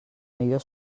millor